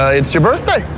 ah it's your birthday!